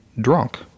drunk